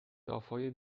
دافای